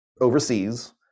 overseas